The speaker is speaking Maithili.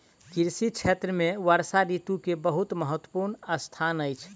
कृषि क्षेत्र में वर्षा ऋतू के बहुत महत्वपूर्ण स्थान अछि